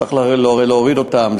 צריך להוריד אותם,